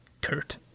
Kurt